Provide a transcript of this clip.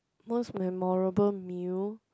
most memorable meal